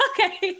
Okay